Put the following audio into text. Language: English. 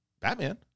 Batman